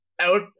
out